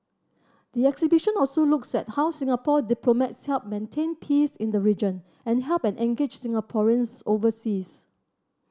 the exhibition also looks at how Singapore diplomats help maintain peace in the region and help and engage Singaporeans overseas